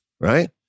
Right